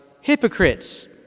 Hypocrites